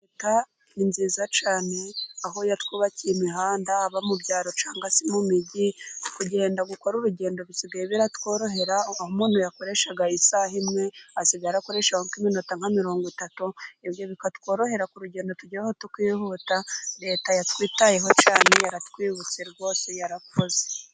Leta ni nziza cyane aho yatwubakiye imihanda, abo mu byaro cyangwa se mu mijyi, kugenda gukora urugendo bisigaye biratworohera, aho umuntu yakoreshaga isaha imwe asigaye ara akoreshe iminota nka mirongo itatu, ibyo bikatworohera ku rugendo tugiyeho tukihuta, leta yatwitayeho cyane yaratwibutse rwose yarakoze.